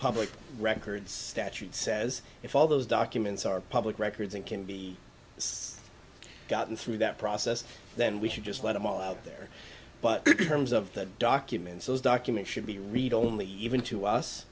public records statute says if all those documents are public records and can be gotten through that process then we should just let them all out there but terms of the documents those documents should be read only even to us